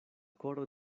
koro